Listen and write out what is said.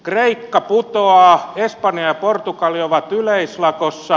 kreikka putoaa espanja ja portugali ovat yleislakossa